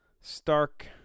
Stark